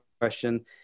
question